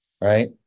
Right